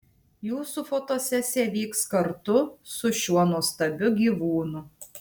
jūsų fotosesija vyks kartu su šiuo nuostabiu gyvūnu